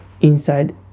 inside